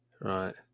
right